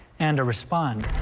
and respond.